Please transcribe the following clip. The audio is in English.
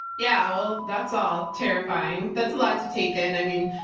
yeah, well that's all terrifying. that's a lot to take in. i mean,